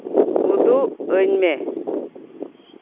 ᱩᱫᱩᱜᱼᱟᱹᱧᱢᱮ